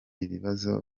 ibibazo